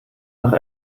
nach